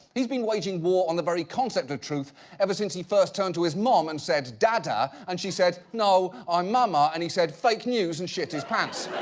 he's been waging war on the very concept of truth ever since he first turned to his mom and said, dada, and she said, no, i'm mama, and he said, fake news, and shit his pants.